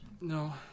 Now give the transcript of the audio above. No